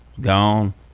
gone